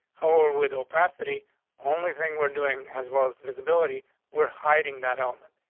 hold with opacity onley thing we're doing as well as visibility were hiding that element.